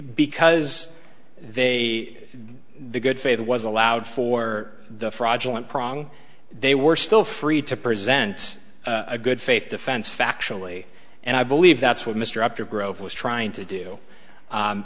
because they the good faith was allowed for the fraudulent prong they were still free to present a good faith defense factually and i believe that's what mr up to grove was trying to do